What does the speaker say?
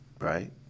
right